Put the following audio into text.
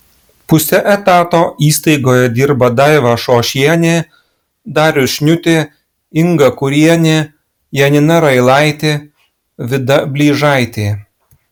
puse etato įstaigoje dirba daiva šošienė darius šniutė inga kiurienė janina railaitė vida blyžaitė